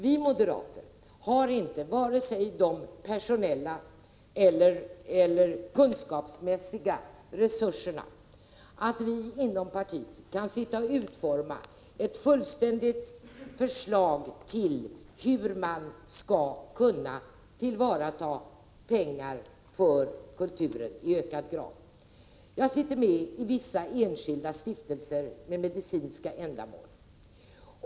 Vi moderater har inte vare sig de personella eller de kunskapsmässiga resurserna för att inom partiet kunna sitta och utforma ett fullständigt förslag till hur man i ökad grad skall tillvarata pengar för kulturen. Jag sitter med i vissa enskilda stiftelser med medicinska ändamål.